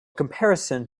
comparison